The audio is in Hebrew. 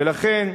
ולכן,